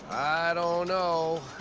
i don't know.